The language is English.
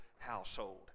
Household